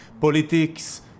politics